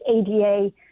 ada